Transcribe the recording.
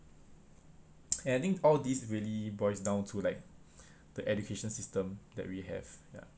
and I think all this really boils down to like the education system that we have ya